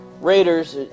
raiders